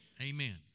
Amen